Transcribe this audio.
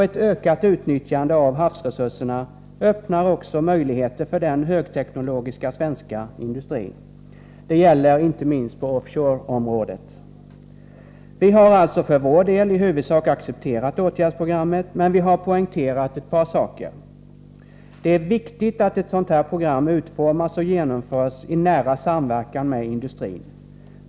Ett ökat utnyttjande av havsresurserna öppnar också möjligheter för den högteknologiska svenska industrin. Det gäller inte minst på off shore-området. Vi har alltså för vår del i huvudsak accepterat åtgärdsprogrammet, men vi har poängterat att det är viktigt att ett sådant här program utformas och genomförs i nära samverkan med industrin.